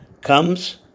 comes